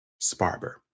Sparber